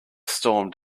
stormed